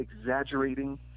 exaggerating